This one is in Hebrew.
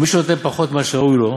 ומי שנותן פחות ממה שראוי ליתן,